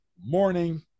morning